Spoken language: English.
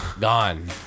Gone